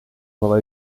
wel